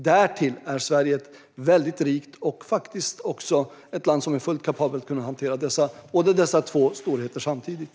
Därtill är Sverige ett väldigt rikt land som är fullt kapabelt att hantera båda dessa två storheter samtidigt.